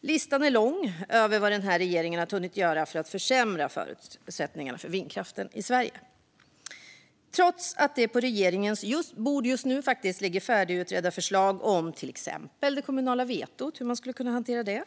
Listan är lång över vad denna regering hunnit göra för att försämra förutsättningarna för vindkraften i Sverige. På regeringens bord ligger just nu färdigutredda förslag om till exempel det kommunala vetot och hur man skulle kunna hantera det.